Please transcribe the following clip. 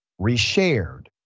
reshared